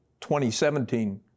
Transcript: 2017